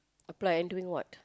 apply and doing what